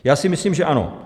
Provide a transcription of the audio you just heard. Já si myslím, že ano.